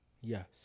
Yes